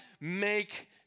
make